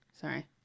Sorry